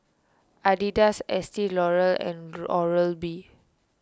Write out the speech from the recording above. Adidas Estee Lauder and Oral B